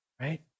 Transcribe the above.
right